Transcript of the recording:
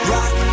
Rock